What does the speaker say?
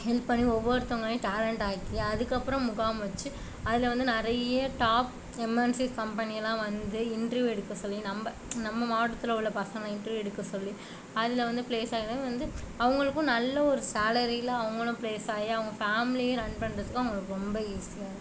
help பண்ணி ஒவ்வொருத்தவங்களையும் talent ஆக்கி அதுக்கு அப்புறம் முகாம் வச்சு அதில் வந்து நிறைய டாப் எம்என்சி கம்பனி எல்லாம் வந்து இன்டர்வியூ எடுக்க சொல்லி நம்ம நம்ம மாவட்டத்தில் உள்ள பசங்களை இன்டர்வியூ எடுக்க சொல்லி அதில் வந்து ப்ளேஸ் ஆகிற வந்து அவர்களுக்கும் நல்ல ஒரு சேலரியில் அவர்களும் ப்ளேஸ் ஆகி அவங்க ஃபேமிலியும் ரன் பண்ணுறதுக்கு ரொம்ப ஈசியாக இருக்கு